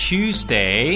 Tuesday